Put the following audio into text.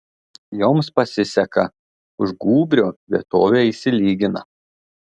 joms pasiseka už gūbrio vietovė išsilygina